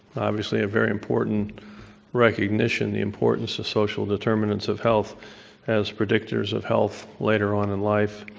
obviously a very important recognition, the important of social determinants of health as predictors of health later on in life.